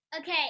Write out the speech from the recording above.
Okay